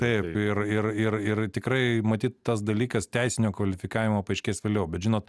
taip ir ir ir ir tikrai matyt tas dalykas teisinio kvalifikavimo paaiškės vėliau bet žinot